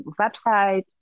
website